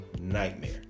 nightmare